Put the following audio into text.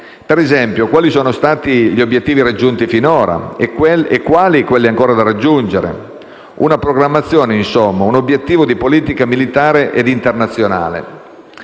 per esempio - quali sono stati gli obiettivi raggiunti finora e quali quelli ancora da raggiungere; una programmazione, insomma, un obiettivo di politica militare ed internazionale.